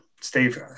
Steve